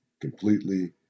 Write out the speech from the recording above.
completely